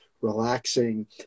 relaxing